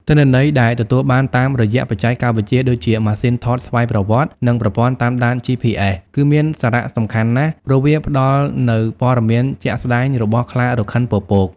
ទិន្នន័យដែលទទួលបានតាមរយៈបច្ចេកវិទ្យាដូចជាម៉ាស៊ីនថតស្វ័យប្រវត្តិ និងប្រព័ន្ធតាមដាន GPS គឺមាន សារៈសំខាន់ណាស់ ព្រោះវាផ្តល់នូវព័ត៌មានជាក់ស្តែងរបស់ខ្លារខិនពពក។